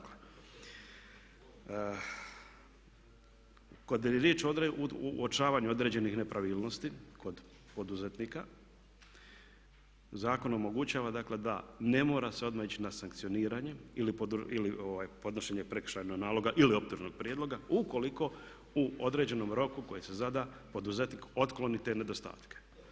Kad je riječ o uočavanju određenih nepravilnosti kod poduzetnika zakon omogućava dakle da ne mora se odmah ići na sankcioniranje ili podnošenje prekršajnog naloga ili optužnog prijedloga ukoliko u određenom roku koji se zada poduzetnik otkloni te nedostatke.